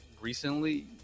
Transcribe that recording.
Recently